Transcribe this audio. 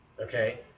okay